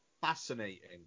fascinating